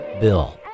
Bill